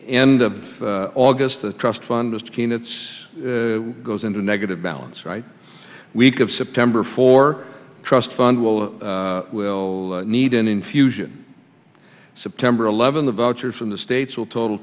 end of august the trust fund is taking its goes into negative balance right week of september for trust fund will will need an infusion september eleventh a voucher from the states will total